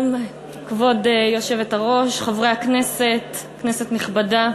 כבוד היושבת-ראש, שלום, חברי הכנסת, כנסת נכבדה,